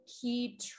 key